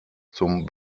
zum